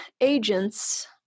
agents